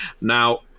Now